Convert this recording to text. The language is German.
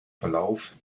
verlauf